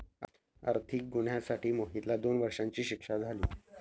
आर्थिक गुन्ह्यासाठी मोहितला दोन वर्षांची शिक्षा झाली